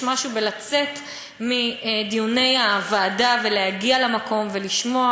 יש משהו בלצאת מדיוני הוועדה ולהגיע למקום ולשמוע,